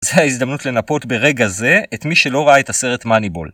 זו ההזדמנות לנפות ברגע זה את מי שלא ראה את הסרט מאניבול.